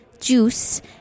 juice